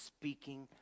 speaking